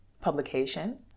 publication